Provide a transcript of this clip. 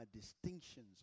distinctions